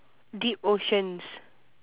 deep oceans